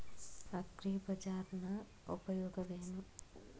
ಅಗ್ರಿಬಜಾರ್ ನ ಉಪಯೋಗವೇನು?